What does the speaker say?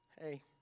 hey